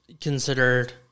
Considered